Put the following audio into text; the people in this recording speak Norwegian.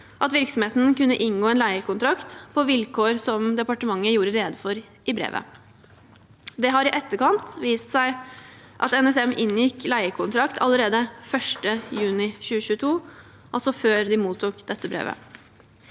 at virksomheten kunne inngå en leiekontrakt på vilkår som departementet gjorde rede for i brevet. Det har i etterkant vist seg at NSM inngikk leiekontrakt allerede 1. juni 2022 – altså før de mottok dette brevet.